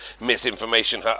misinformation